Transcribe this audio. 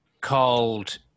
called